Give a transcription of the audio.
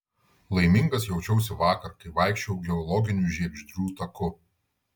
laimingas jaučiausi vakar kai vaikščiojau geologiniu žiegždrių taku